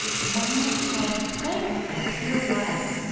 my, how thankful peter was,